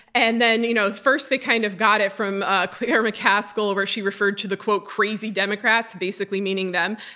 and then you know first they kind of got it from ah claire mccaskill, where she referred to the quote crazy democrats, basically meaning them.